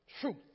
truth